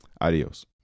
Adios